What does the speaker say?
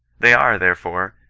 they are, therefore,